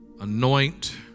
Anoint